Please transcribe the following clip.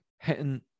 hitting